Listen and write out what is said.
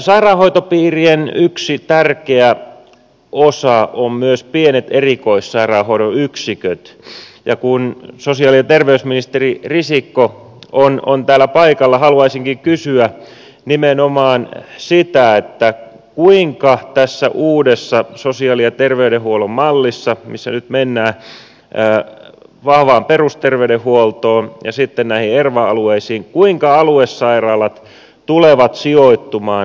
sairaanhoitopiirien yksi tärkeä osa ovat myös pienet erikoissairaanhoidon yksiköt ja kun sosiaali ja terveysministeri risikko on täällä paikalla haluaisinkin kysyä nimenomaan sitä kuinka tässä uudessa sosiaali ja terveydenhuollon mallissa missä nyt mennään vahvaan perusterveydenhuoltoon ja sitten näihin erva alueisiin aluesairaalat tulevat sijoittumaan